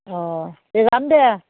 অঁ তে যাম দিয়া